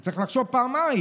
הוא צריך לחשוב פעמיים.